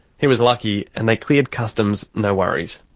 he was lucky and they cleared customs no worries.